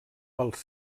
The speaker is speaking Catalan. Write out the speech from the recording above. pels